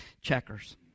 checkers